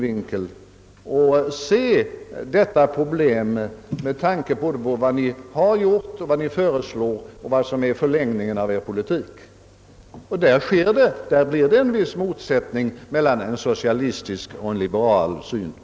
Vi betraktar detta problem både med tanke på vad ni har gjort, vad ni föreslår och vad som blir förlängningen av er politik. Då framträder onekligen en motsättning mellan ett socialistiskt och ett liberalt synsätt.